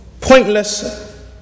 pointless